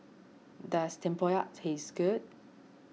does Tempoyak taste good